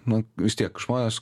na vis tiek žmonės